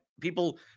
people